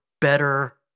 better